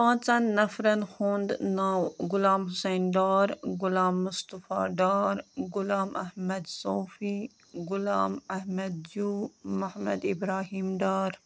پانٛژَن نفَن ہُنٛد ناو غلام حُسین ڈار غلام مُصطفیٰ ڈار غلام احمد صوفی غلام احمد جوٗ محمد ابرہیٖم ڈار